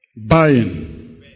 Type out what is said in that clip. buying